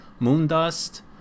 Moondust